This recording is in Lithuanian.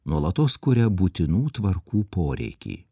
nuolatos kuria būtinų tvarkų poreikį